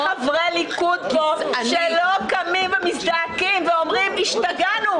חברי ליכוד פה שלא קמים ומזדעקים ואומרים השתגענו,